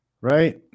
right